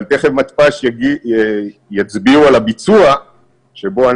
אבל תכף המתפ"ש יסבירו על הביצוע שאנחנו,